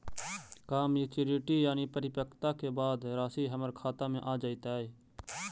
का मैच्यूरिटी यानी परिपक्वता के बाद रासि हमर खाता में आ जइतई?